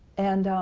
and